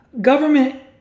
Government